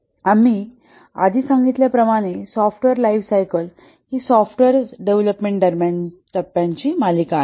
आम्ही आधी सांगितल्या प्रमाणे सॉफ्टवेअर लाइफ सायकल ही सॉफ्टवेअर डेव्हलपमेंट दरम्यानची टप्प्यांची मालिका आहे